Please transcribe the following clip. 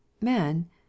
man